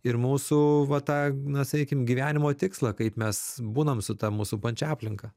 ir mūsų va tą na sakykim gyvenimo tikslą kaip mes būnam su ta mūsų pačia aplinka